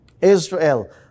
Israel